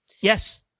Yes